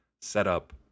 setup